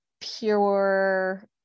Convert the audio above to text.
pure